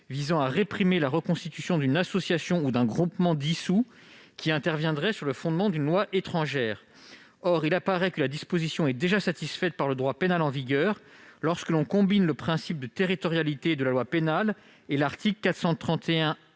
visant à réprimer la reconstitution d'une association ou d'un groupement dissous qui interviendrait sur le fondement d'une loi étrangère. Or il apparaît que la disposition est satisfaite par le droit pénal en vigueur lorsque l'on combine le principe de territorialité de la loi pénale et l'article 431-15